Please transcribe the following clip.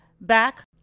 back